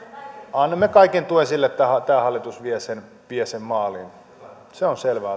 annamme kaiken tuen sille että tämä hallitus vie sen vie sen maaliin se on selvä